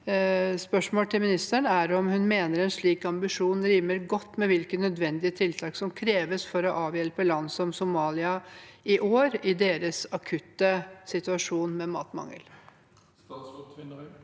til ministeren er om hun mener en slik ambisjon rimer godt med hvilke nødvendige tiltak som i år kreves for å avhjelpe land som Somalia i sin akutte situasjon med matmangel. Statsråd Anne